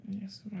Yes